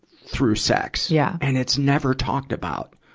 through sex. yeah and it's never talked about.